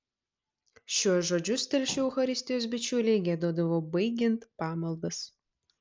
šiuos žodžius telšių eucharistijos bičiuliai giedodavo baigiant pamaldas